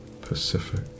Pacific